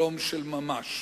שלום של ממש,